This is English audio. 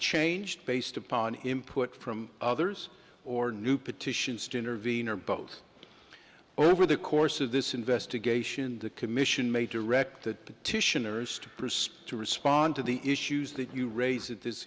changed based upon him put from others or new petitions to intervene or both over the course of this investigation the commission made directed petitioners to perspire to respond to the issues that you raise at this